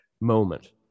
moment